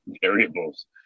variables